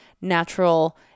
natural